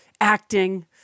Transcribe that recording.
acting